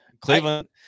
Cleveland